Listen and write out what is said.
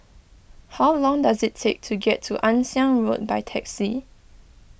how long does it take to get to Ann Siang Road by taxi